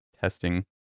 testing